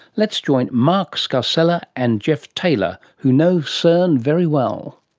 let's join mark scarcella and geoff taylor who know cern very well.